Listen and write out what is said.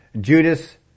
Judas